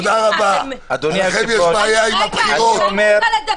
תגידי, מה, את --- תודה רבה.